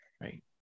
Right